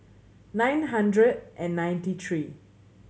nine hundred and ninety three